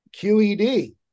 QED